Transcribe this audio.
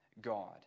God